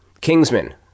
Kingsman